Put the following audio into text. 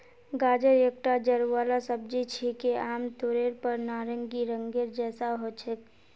गाजर एकता जड़ वाला सब्जी छिके, आमतौरेर पर नारंगी रंगेर जैसा ह छेक